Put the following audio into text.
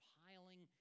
piling